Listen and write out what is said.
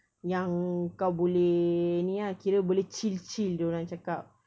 yang kau boleh ni ah kira boleh chill chill dia orang cakap